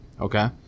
Okay